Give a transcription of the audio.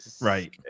Right